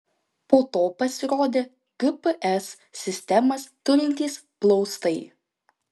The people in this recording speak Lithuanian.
po to pasirodė gps sistemas turintys plaustai